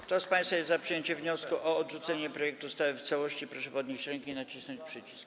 Kto z państwa jest za przyjęciem wniosku o odrzucenie projektu ustawy w całości, proszę podnieść rękę i nacisnąć przycisk.